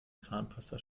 zahnpasta